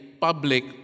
public